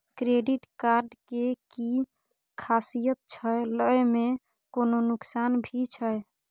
Credit card के कि खासियत छै, लय में कोनो नुकसान भी छै?